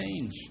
change